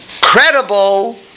credible